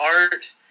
art